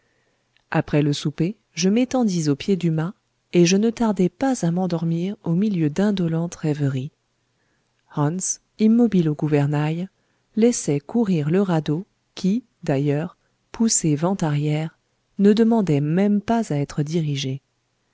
après le souper je m'étendis au pied du mât et je ne tardai pas à m'endormir au milieu d'indolentes rêveries hans immobile au gouvernail laissait courir le radeau qui d'ailleurs poussé vent arrière ne demandait même pas à être dirigé